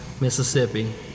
Mississippi